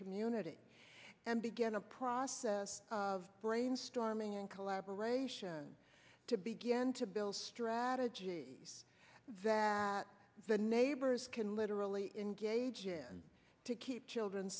community and begin a process of brainstorming in collaboration to begin to build strategies that the neighbors can literally engage in to keep children